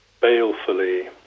balefully